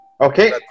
Okay